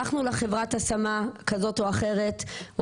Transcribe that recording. הלכנו לחברת השמה כזאת או אחרת,